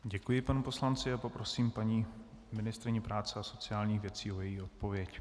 Děkuji panu poslanci a poprosím paní ministryni práce a sociálních věcí o její odpověď.